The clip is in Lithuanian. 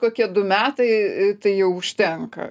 kokie du metai tai jau užtenka